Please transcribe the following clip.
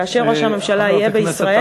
כאשר ראש הממשלה יהיה בישראל.